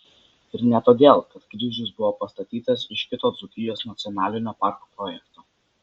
ir ne todėl kad kryžius buvo pastatytas iš kito dzūkijos nacionalinio parko projekto